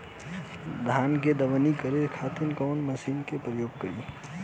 धान के दवनी करे खातिर कवन मशीन के प्रयोग करी?